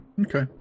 Okay